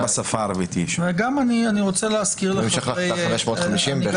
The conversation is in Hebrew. בשפה הערבית --- אני רוצה להזכיר לחברי הוועדה